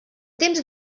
temps